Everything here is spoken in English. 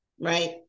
right